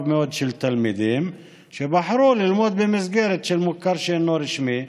מאוד של תלמידים שבחרו ללמוד במסגרת של מוכר שאינו רשמי.